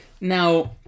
Now